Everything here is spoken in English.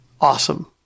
awesome